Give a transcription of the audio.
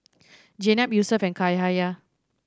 Jenab Yusuf and Cahaya